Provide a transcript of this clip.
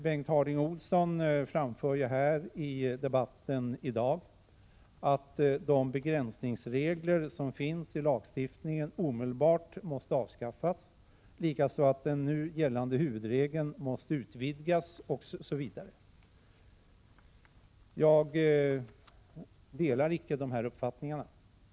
Bengt Harding Olson anför i debatten här i dag att de begränsningsregler som finns i lagstiftningen omedelbart måste avskaffas, likaså att den nu gällande huvudregeln måste utvidgas, osv. Jag delar icke de uppfattningarna.